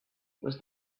was